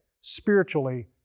spiritually